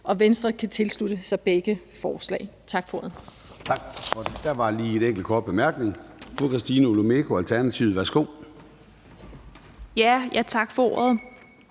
Venstre kan tilslutte sig begge forslag. Tak for ordet.